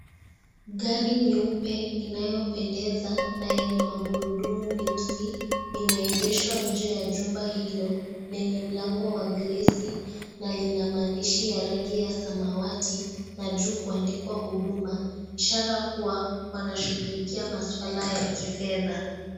Gari nyeupe inayopendeza na yenye magurudumu meusi limeegheshwa nje ya jumba hilo lenye mlango wa glasi na lina maandishi ya rangi ya samawati na juu kuandikwa huduma ishara kuwa wanashughulikia maswala ya kifedha.